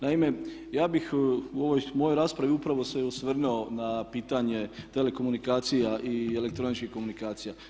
Naime, ja bih u ovoj mojoj raspravi upravo se osvrnuo na pitanje telekomunikacija i elektroničkih komunikacija.